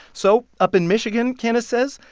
so up in michigan, canice says,